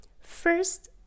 First